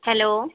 hello